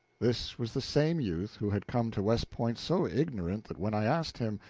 this was the same youth who had come to west point so ignorant that when i asked him,